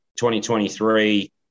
2023